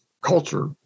culture